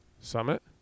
Summit